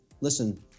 listen